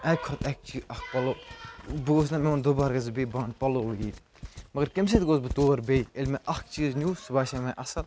اَکہِ کھۄتہٕ اکہِ چیٖز اَکھ پَلوٚو بہٕ اوسُس وَنان دُبارٕ گژھہِ بیٚیہِ بہٕ اَنہٕ پَلَوٚو وۄنۍ ییٚتہِ مگر کَمہِ سۭتۍ گوس بہٕ تور بیٚیہِ ییٚلہِ مےٚ اَکھ چیٖز نیٛو سُہ باسیٛو مےٚ اصٕل